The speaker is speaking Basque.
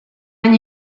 hain